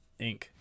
Inc